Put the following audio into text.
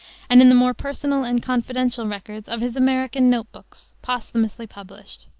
and in the more personal and confidential records of his american note books, posthumously published.